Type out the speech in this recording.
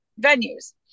venues